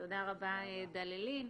תודה רבה דללין.